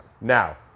Now